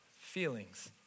feelings